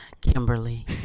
Kimberly